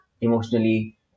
emotionally